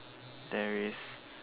there is